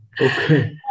okay